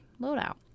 loadout